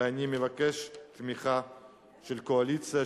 ואני מבקש תמיכה של הקואליציה,